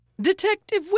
Detective